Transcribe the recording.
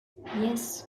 yes